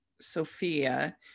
Sophia